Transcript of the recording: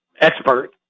expert